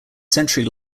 century